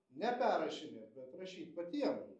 ne perrašinėt bet rašyt patiem